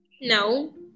No